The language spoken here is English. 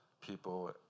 people